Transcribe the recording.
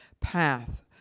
path